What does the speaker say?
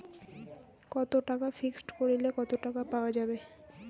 কত টাকা ফিক্সড করিলে কত টাকা পাওয়া যাবে?